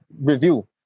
review